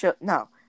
No